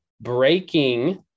breaking